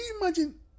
imagine